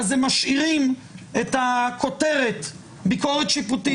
אז הם משאירים את הכותרת "ביקורת שיפוטית",